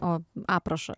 o aprašą